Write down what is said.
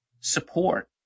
support